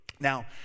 Now